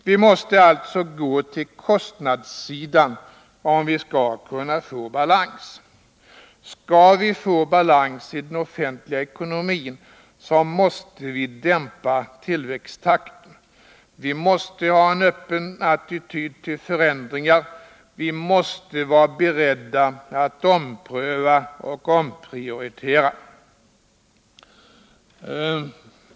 Vi måste alltså gå till kostnadssidan om vi skall kunna få balans. Skall vi någonsin få balans i den offentliga ekonomin, måste vi dämpa tillväxttakten. Vi måste ha en öppen attityd till förändringar, vi måste vara beredda att ompröva och omprioritera.